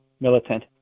militant